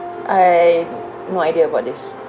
I no idea about this